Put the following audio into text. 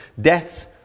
deaths